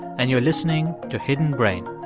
and you're listening to hidden brain